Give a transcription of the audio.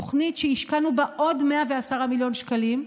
תוכנית שהשקענו עוד 110 מיליון שקלים,